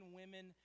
women